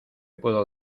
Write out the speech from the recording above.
puedo